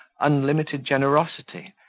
unlimited generosity,